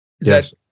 Yes